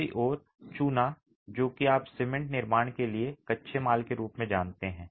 दूसरी ओर चूना जो कि आप सीमेंट निर्माण के लिए कच्चे माल के रूप में जानते हैं